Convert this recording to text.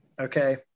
okay